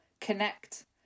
connect